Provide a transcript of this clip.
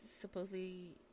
supposedly